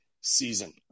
season